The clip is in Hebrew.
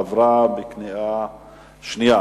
עברה בקריאה שנייה.